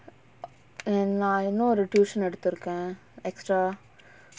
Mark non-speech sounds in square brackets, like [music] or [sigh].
[noise] and நா இன்னொரு:naa innoru tuition எடுத்துருக்க:eduthurukka extra